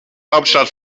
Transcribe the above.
hauptstadt